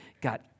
got